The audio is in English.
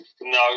No